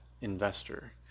investor